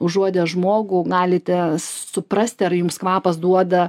užuodę žmogų galite suprasti ar jums kvapas duoda